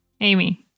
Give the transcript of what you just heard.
amy